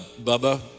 Bubba